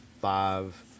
five